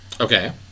okay